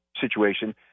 situation